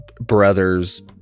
brothers